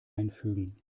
einfügen